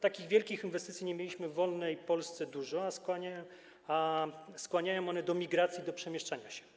Takich wielkich inwestycji nie mieliśmy w wolnej Polsce dużo, a skłaniają one do migracji, do przemieszczania się.